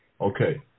okay